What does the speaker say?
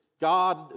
God